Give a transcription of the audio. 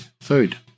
Food